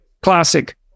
classic